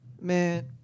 man